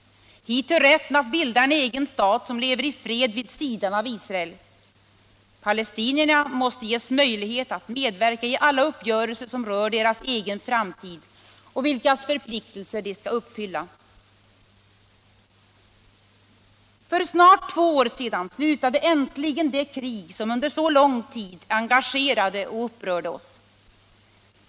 Hit hör rätten att bilda en egen stat som lever i fred vid sidan av Israel. Palestinierna måste ges möjlighet att medverka i alla uppgörelser som rör deras egen framtid och vilkas förpliktelser de skall uppfylla. För snart två år sedan slutade äntligen det krig som under så lång tid engagerade och upprörde oss.